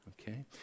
Okay